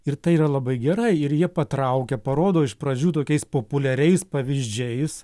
ir tai yra labai gerai ir jie patraukia parodo iš pradžių tokiais populiariais pavyzdžiais